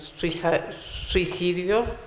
suicidio